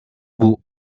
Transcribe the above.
bout